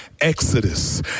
Exodus